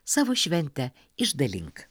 savo šventę išdalink